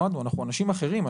למדנו, אנחנו אנשים אחרים.